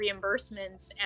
reimbursements